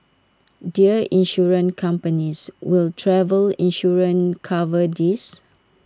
Dear Insurance companies will travel insurance cover this